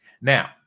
Now